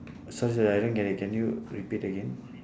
sorry sorry I didn't get it can you repeat again